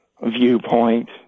viewpoint